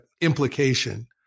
implication